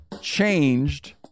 changed